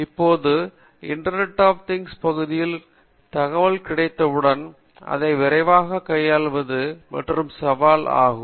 இப்போது internet of things பகுதியில் தகவல்கள் கிடைத்தவுடன் அதை விரைவாக கையாள்வது மற்றும் ஒரு சவால் ஆகும்